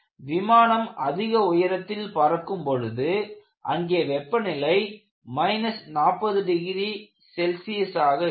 விமானம் அதிக உயரத்தில் பறக்கும் பொழுது அங்கே வெப்பநிலை 40℃ ஆக இருக்கும்